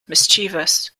mischievous